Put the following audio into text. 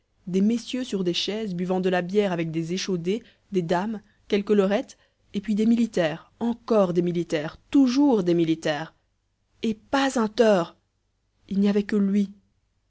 des messieurs sur des chaises buvant de la bière avec des échaudés des dames quelques lorettes et puis des militaires encore des militaires toujours des militaires et pas un teur il n'y avait que lui